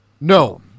No